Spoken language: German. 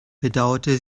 bedauerte